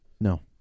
No